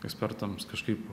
ekspertams kažkaip